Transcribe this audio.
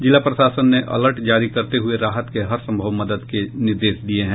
जिला प्रशासन ने अलर्ट जारी करते हुये राहत के हरसंभव मदद के निर्देश दिये हैं